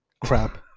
crap